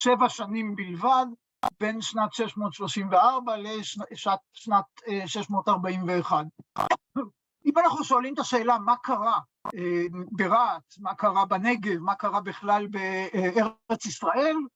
‫שבע שנים בלבד, ‫בין שנת 634 לשנת 641. ‫אם אנחנו שואלים את השאלה ‫מה קרה ברהט, מה קרה בנגב, ‫מה קרה בכלל בארץ ישראל,